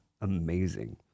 amazing